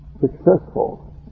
successful